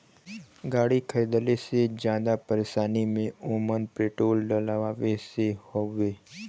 गाड़ी खरीदले से जादा परेशानी में ओमन पेट्रोल डलवावे से हउवे